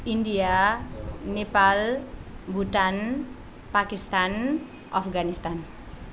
India Nepal Bhutan Pakistan Afghanistan